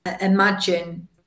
imagine